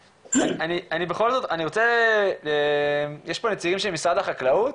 יש פה נציגים של משרד החקלאות?